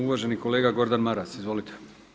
Uvaženi kolega Gordan Maras, izvolite.